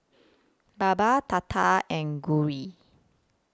Baba Tata and Gauri